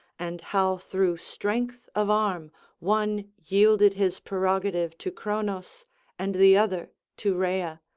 and how through strength of arm one yielded his prerogative to cronos and the other to rhea,